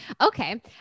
Okay